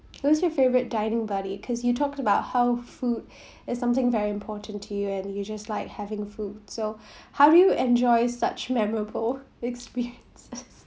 who's your favourite dining buddy because you talked about how food is something very important to you and you just like having food so how do you enjoy such memorable experiences